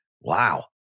Wow